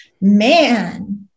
man